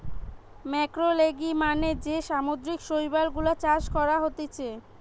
ম্যাক্রোলেগি মানে যে সামুদ্রিক শৈবাল গুলা চাষ করা হতিছে